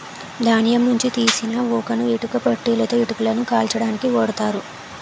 ధాన్యం నుంచి తీసిన ఊకను ఇటుక బట్టీలలో ఇటుకలను కాల్చడానికి ఓడుతారు